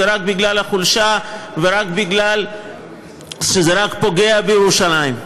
זה רק בגלל חולשה, ורק, זה רק פוגע בירושלים.